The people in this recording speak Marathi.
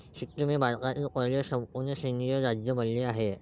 सिक्कीम हे भारतातील पहिले संपूर्ण सेंद्रिय राज्य बनले आहे